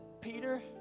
Peter